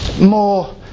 more